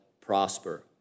prosper